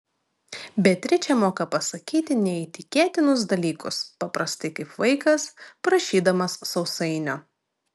beatričė moka pasakyti neįtikėtinus dalykus paprastai kaip vaikas prašydamas sausainio